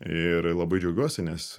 ir labai džiaugiuosi nes